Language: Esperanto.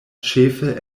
ĉefe